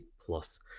Plus